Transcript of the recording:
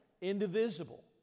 Indivisible